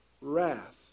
wrath